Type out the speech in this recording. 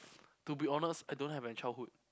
to be honest I don't have a childhood